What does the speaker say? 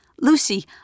Lucy